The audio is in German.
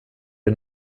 den